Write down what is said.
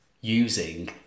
using